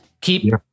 keep